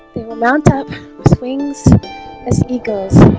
will mount up with wings as eagles